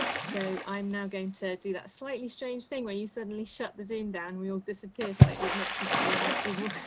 so i'm now going to do that slightly strange thing. when you suddenly shut the zoom down, we will disappear slightly obnoxiously, and like we will.